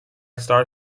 star